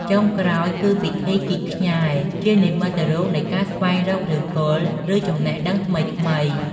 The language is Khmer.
ចុងក្រោយគឺ ពិធីជីកខ្ញែ ជានិមិត្តរូបនៃការស្វែងរកឫសគល់ ឬចំណេះដឹងថ្មីៗ។